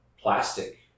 plastic